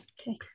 Okay